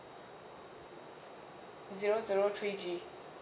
zero zero three G